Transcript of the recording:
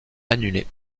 annulé